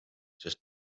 sest